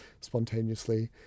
spontaneously